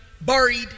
buried